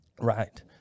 Right